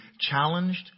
challenged